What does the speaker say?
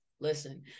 Listen